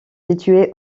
située